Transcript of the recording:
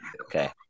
Okay